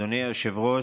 אדוני היושב-ראש,